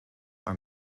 are